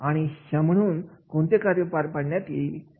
आणि ह्या म्हणून कोणते कार्य पार पाडण्यात येईल